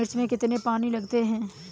मिर्च में कितने पानी लगते हैं?